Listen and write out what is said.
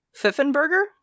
fiffenberger